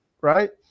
Right